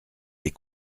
des